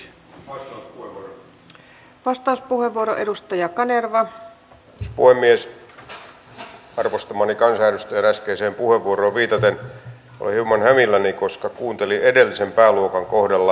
osaltani olin arabi emiirikunnissa vastikään ja teimme siellä paljon työtä cleantechin ja terveysalan ja monien alojen viennin edistämiseksi